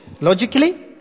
Logically